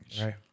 right